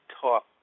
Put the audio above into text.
talk